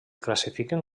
classifiquen